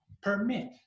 permit